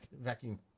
vacuum